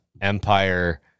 Empire